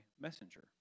messenger